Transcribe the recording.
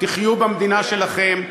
תחיו במדינה שלכם.